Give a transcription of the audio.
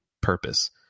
purpose